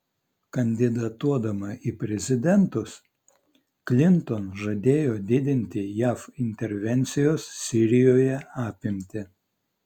kandidatuodama į prezidentus klinton žadėjo didinti jav intervencijos sirijoje apimtį